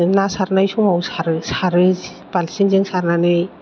ना सारनाय समाव सारो सारो बाल्टिंजों सारनानै